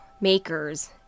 makers